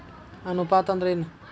ಅನುಪಾತ ಅಂದ್ರ ಏನ್?